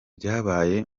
byabaye